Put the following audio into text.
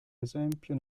esempio